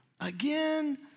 again